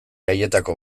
haietako